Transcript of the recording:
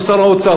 הוא שר האוצר.